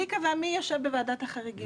מי קבע מי ישב בוועדת החריגים,